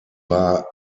war